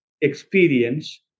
experience